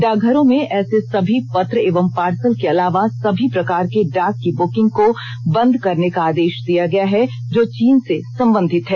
डाक घरों में ऐसे सभी पत्र एवं पार्सल के अलावा सभी प्रकार के डाक की बकिंग को बंद करने का आदेष दिया गया है जो चीन ने संबंधित है